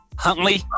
Huntley